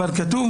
אבל כתוב,